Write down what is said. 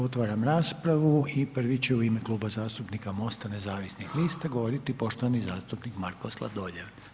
Otvaram raspravu i prvi će u ime Kluba zastupnika MOST-a nezavisnih lista govoriti poštovani zastupnik Marko Sladoljev.